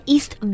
East